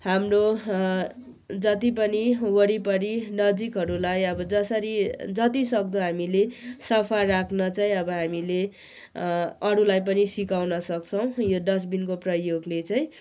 हाम्रो अँ जति पनि वरिपरि नजिकहरूलाई अब जसरी जतिसक्दो हामीले सफा राख्न चाहिँ हामीले अँ अरूलाई पनि सिकाउन सक्छौँ यो डस्टबिनको प्रयोगले चाहिँ